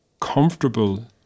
comfortable